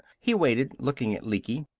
he waited, looking at lecky.